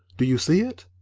do you see it?